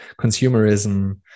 consumerism